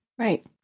Right